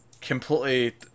completely